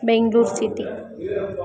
Bengaluru city